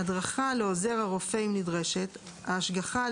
ובלבד שלא הותלה רישיונו או הוגבל תחום עיסוקו